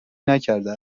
نکرده